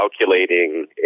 calculating